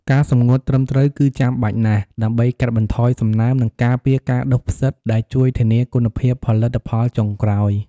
ការសម្ងួតត្រឹមត្រូវគឺចាំបាច់ណាស់ដើម្បីកាត់បន្ថយសំណើម និងការពារការដុះផ្សិត ដែលជួយធានាគុណភាពផលិតផលចុងក្រោយ។